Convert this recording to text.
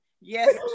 Yes